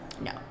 No